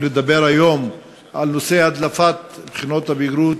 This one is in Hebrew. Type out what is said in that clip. לדבר היום על נושא הדלפת בחינות הבגרות